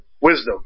wisdom